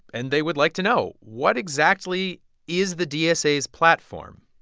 and they would like to know, what exactly is the dsa's platform?